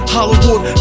Hollywood